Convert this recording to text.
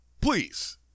please